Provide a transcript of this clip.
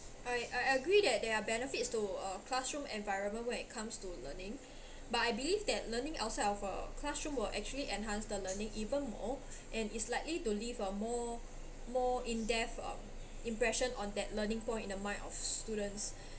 I I agree that there are benefits to a classroom environment when it comes to learning but I believe that learning outside of a classroom will actually enhance the learning even more and is likely to leave a more more in depth uh impression on that learning point in the mind of students